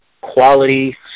quality